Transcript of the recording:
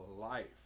life